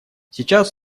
сейчас